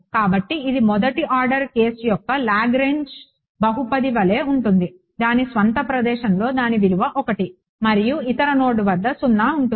కాబట్టి ఇది మొదటి ఆర్డర్ కేస్ యొక్క లాగ్రాంజ్ బహుపది వలె ఉంటుంది దాని స్వంత ప్రదేశంలో దాని విలువ 1 మరియు ఇతర నోడ్ వద్ద 0 ఉంటుంది